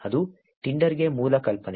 ಅದು ಟಿಂಡರ್ಗೆ ಮೂಲ ಕಲ್ಪನೆ